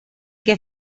que